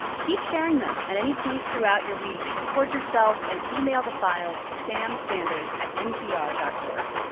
keep sharing them. at any point throughout your week, record yourself and yeah e-mail the file to sam sanders at npr dot org.